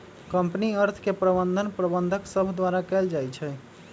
company अर्थ के प्रबंधन प्रबंधक सभ द्वारा कएल जाइ छइ